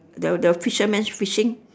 the the fisherman's fishing